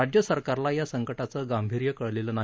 राज्यसरकारला या संकटाचं गांभीर्य कळलेलं नाही